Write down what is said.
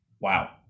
Wow